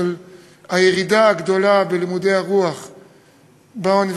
על הירידה הגדולה בלימודי הרוח באוניברסיטאות,